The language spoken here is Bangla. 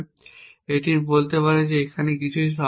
এটি বলতে পারে যে এখানে কিছুই সম্ভব নয়